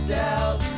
doubt